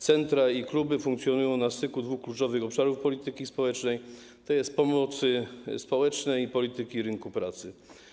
Centra i kluby funkcjonują na styku dwóch kluczowych obszarów polityki społecznej, tj. pomocy społecznej i polityki rynku pracy.